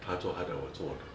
她做她的我做我的